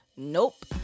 Nope